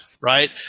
Right